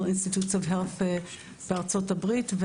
Institute of Health בארצות הברית.